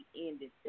ended